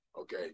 Okay